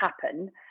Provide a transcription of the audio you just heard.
happen